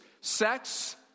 sex